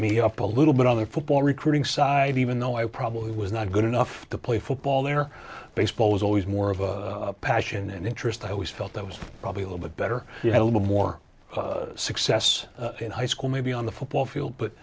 me up a little bit on the football recruiting side even though i probably was not good enough to play football or baseball is always more of a passion and interest i always felt that was probably a little bit better you had a little more success in high school maybe on the football field but